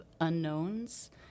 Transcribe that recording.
unknowns